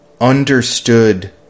understood